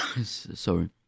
sorry